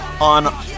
on